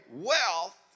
wealth